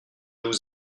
vous